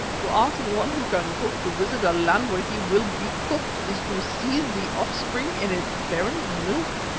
to ask one who can cook to visit a land where he will be cooked, is to seethe the offspring in its parent's milk.